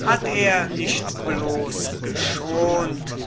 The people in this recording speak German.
hat er nicht bloß geschont